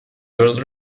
girl